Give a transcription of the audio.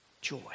Joy